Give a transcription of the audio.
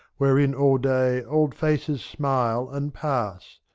wherein all day old faces smile and pass,